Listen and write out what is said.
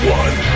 one